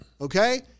Okay